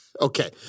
Okay